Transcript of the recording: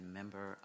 member